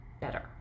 better